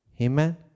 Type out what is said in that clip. Amen